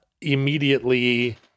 immediately